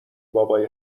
بابای